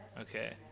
okay